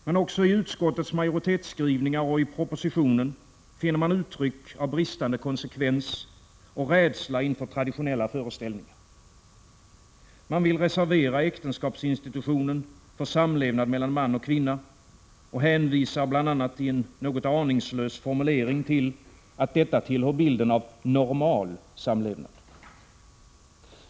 Men också i utskottets majoritetsskrivningar och i propositionen finner man uttryck av bristande konsekvens och rädsla inför traditionella föreställningar. Man vill reservera äktenskapsinstitutionen för samlevnad mellan man och kvinna, och hänvisar bl.a. i en något aningslös formulering till att detta tillhör bilden av normal samlevnad.